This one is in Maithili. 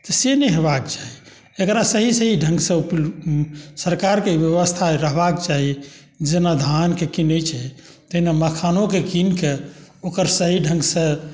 तऽ से नहि होबाक चाही एकरा सही सही ढङ्गसँ सरकारके बेबस्था रहबाक चाही जेना धानके किनै छै तहिना मखानोके कीनिके ओकर सही ढङ्गसँ